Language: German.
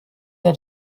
wir